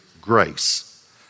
grace